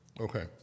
okay